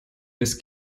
des